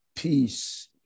Peace